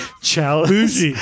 chalice